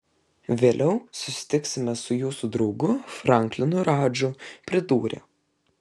vėliau susitiksime su jūsų draugu franklinu radžu pridūrė